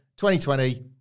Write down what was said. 2020